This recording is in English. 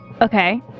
Okay